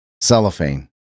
cellophane